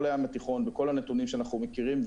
הים התיכון וכל הנתונים שאנחנו מכירים,